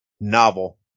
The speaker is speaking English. novel